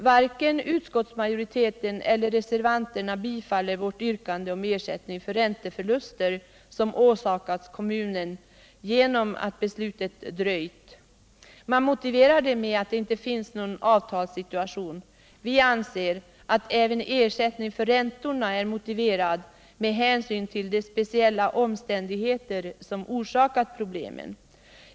Varken utskottsmajoriteten eller reservanterna biträder vårt yrkande om ersättning för ränteförluster som åsamkats kommunen genom att beslutet dröjt. Man motiverar det med att det inte finns någon avtalssituation. Vi anser att även ersättning för räntorna är motiverad med hänsyn till de speciella omständigheter som orsakat problemen.